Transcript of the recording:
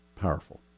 powerful